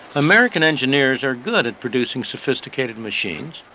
american engineers are good at producing sophisticated machines.